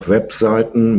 webseiten